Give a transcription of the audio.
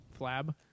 flab